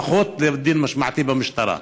לפחות לדין משמעתי במשטרה.